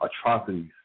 atrocities